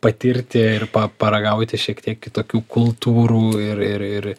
patirti ir pa paragauti šiek tiek kitokių kultūrų ir ir ir